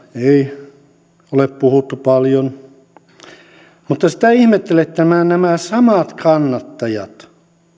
ei ole maahanmuutosta puhuttu paljon mutta sitä ihmettelen että nämä samat kannattajat